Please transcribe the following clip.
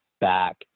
back